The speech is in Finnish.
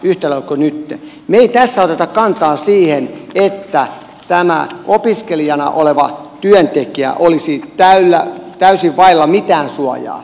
me emme tässä ota kantaa siihen että tämä opiskelijana oleva työntekijä olisi täysin vailla mitään suojaa